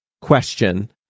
question